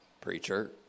preacher